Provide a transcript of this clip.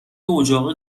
اجاق